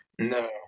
No